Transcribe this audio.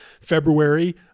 February